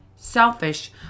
Selfish